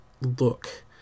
look